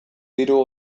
diru